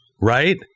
right